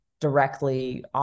directly